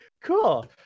Cool